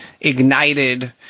ignited